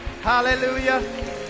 Hallelujah